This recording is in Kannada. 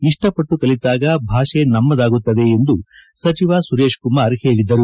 ಇಷ್ಟಪಟ್ಟು ಕಲಿತಾಗ ಭಾಷೆ ನಮ್ಮದಾಗುತ್ತದೆ ಎಂದು ಸಚಿವ ಸುರೇಶ್ ಕುಮಾರ್ ಹೇಳಿದರು